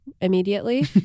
immediately